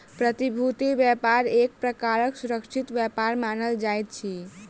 प्रतिभूति व्यापार एक प्रकारक सुरक्षित व्यापार मानल जाइत अछि